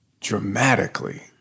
dramatically